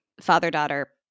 father-daughter